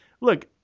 Look